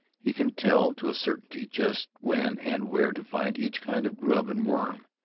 he can tell to a certainty just when and where to find each kind of grub and worm,